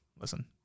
Listen